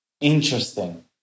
interesting